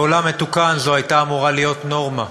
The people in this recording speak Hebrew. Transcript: בעולם מתוקן זו הייתה אמורה להיות נורמה.